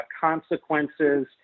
consequences